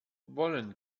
wollen